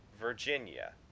Virginia